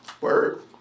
Word